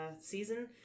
season